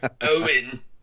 Owen